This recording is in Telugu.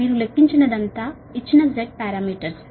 మీరు లెక్కించినవన్నీ ఇచ్చిన Z పారామీటర్స్